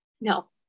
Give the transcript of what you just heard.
No